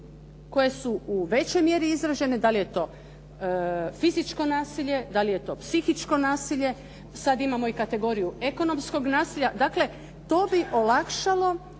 koje su u većoj mjeri izražene, da li je to fizičko nasilje, da li je to psihičko nasilje, sada imamo i kategoriju ekonomskog nasilja. Dakle, to bi olakšalo